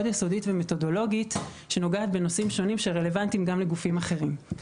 יסודית ומתודולוגית שנוגעת בנושאים שונים שרלוונטיים גם לגופים אחרים.